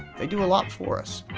they do a lot for us.